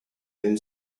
then